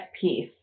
piece